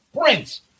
Prince